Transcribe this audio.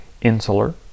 insular